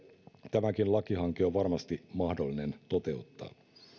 tämäkin lakihanke on varmasti mahdollinen toteuttaa